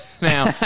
now